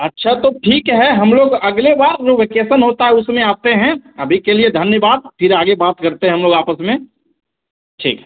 अच्छा तो ठीक है हम लोग अगली बार जो वेकेशन होता है उसमें आते हैं अभी के लिए धन्यवाद फ़िर आगे बात करते हैं हम लोग आपस में ठीक